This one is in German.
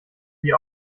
die